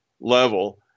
level